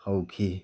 ꯍꯧꯈꯤ